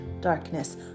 darkness